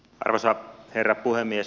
arvoisa herra puhemies